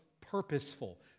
purposeful